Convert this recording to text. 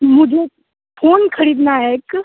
मुझे फोन खरीदना है एक